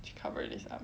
should cover this up